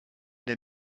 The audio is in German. der